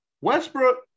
Westbrook